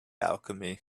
alchemy